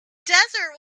desert